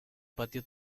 patio